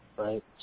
Right